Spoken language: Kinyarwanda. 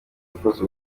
akoze